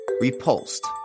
repulsed